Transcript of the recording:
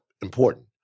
important